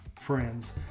friends